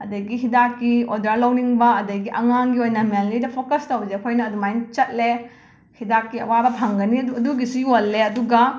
ꯑꯗꯒꯤ ꯍꯤꯗꯥꯛꯀꯤ ꯑꯣꯗꯔ ꯂꯧꯅꯤꯡꯕ ꯑꯗꯒꯤ ꯑꯉꯥꯡꯒꯤ ꯑꯣꯏꯅ ꯃꯦꯟꯂꯤꯗ ꯐꯣꯀꯁ ꯇꯧꯕꯁꯦ ꯑꯩꯈꯣꯏꯅ ꯑꯗꯨꯃꯥꯏꯅ ꯆꯠꯂꯦ ꯍꯤꯗꯥꯛꯀꯤ ꯑꯋꯥꯕ ꯐꯪꯒꯅꯤ ꯑꯗꯨ ꯑꯗꯨꯒꯤꯁꯨ ꯌꯣꯜꯂꯦ ꯑꯗꯨꯒ